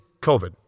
COVID